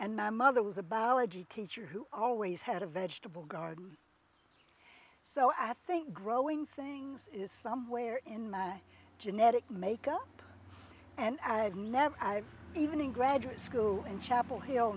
and my mother was about teacher who always had a vegetable garden so i think growing things is somewhere in my genetic makeup and i had never even in graduate school in chapel hill